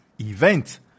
event